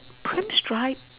pram strap